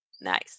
Nice